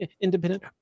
independent